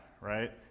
right